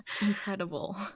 Incredible